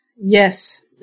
Yes